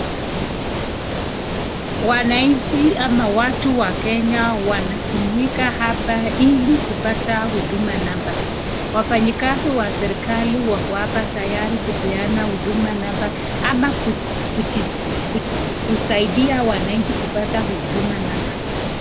Wananchi ama watu wa Kenya wanajumuika hapa ili kupata Huduma Namba. Wafanyikazi wa serikali wako hapa tayari kupeana Huduma Namba ama kusaidia wananchi kupata Huduma Namba.